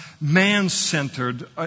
man-centered